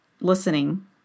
listening